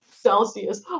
celsius